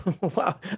Wow